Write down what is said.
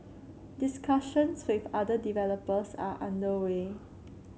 discussions with other developers are under way